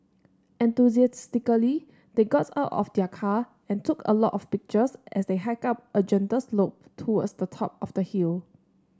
enthusiastically they got out of their car and took a lot of pictures as they hiked up a gentle slope towards the top of the hill